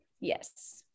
yes